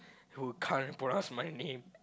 who can't pronounce my name